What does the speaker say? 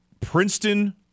Princeton